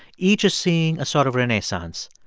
each is seeing a sort of renaissance.